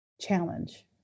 challenge